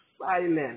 silent